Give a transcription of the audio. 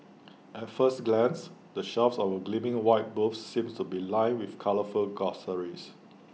at first glance the shelves of the gleaming white booths seem to be lined with colourful groceries